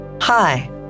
Hi